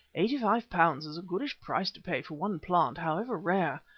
eighty five pounds is a goodish price to pay for one plant, however rare.